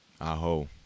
Aho